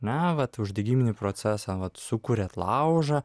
na vat uždegiminį procesą vat sukuriat laužą